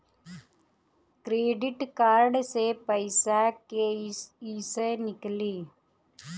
Credit card से पईसा केइसे निकली?